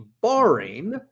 barring